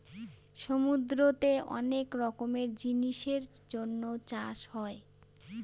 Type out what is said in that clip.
সমুদ্রতে অনেক রকমের জিনিসের জন্য চাষ হয়